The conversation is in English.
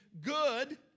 good